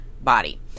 body